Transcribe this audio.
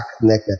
naked